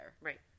Right